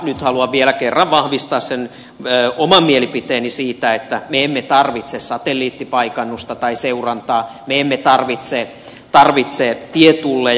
nyt haluan vielä kerran vahvistaa sen oman mielipiteeni siitä että me emme tarvitse satelliittipaikannusta tai seurantaa me emme tarvitse tietulleja